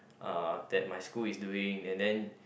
uh that my school is doing and then